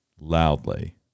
loudly